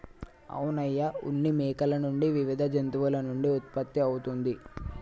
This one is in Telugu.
అవును అయ్య ఉన్ని మేకల నుండి వివిధ జంతువుల నుండి ఉత్పత్తి అవుతుంది